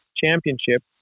championship